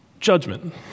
Judgment